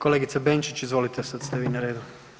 Kolegica Benčić, izvolite, sada ste vi na redu.